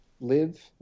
live